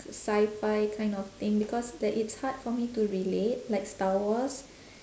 sci-fi kind of thing because that it's hard for me to relate like star wars